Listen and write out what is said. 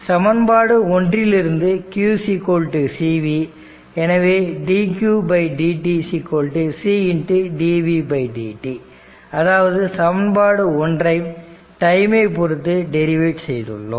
சமன்பாடு ஒன்றிலிருந்து q c v எனவே dqdt c dvdt அதாவது சமன்பாடு ஒன்றை டைம் ஐ பொருத்து டெரிவேட் செய்துள்ளோம்